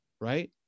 right